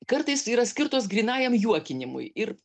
kartais yra skirtos grynajam juokinimui ir